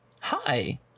hi